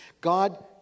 God